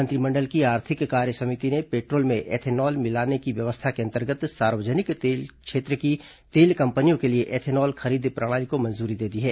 मंत्रिमंडल की आर्थिक कार्य समिति ने पेट्रोल में एथेनॉल मिलाने की व्यवस्था के अंतर्गत सार्वजनिक क्षेत्र की तेल कंपनियों के लिए एथेनॉल खरीद प्रणाली को मंजूरी दे दी है